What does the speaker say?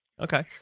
okay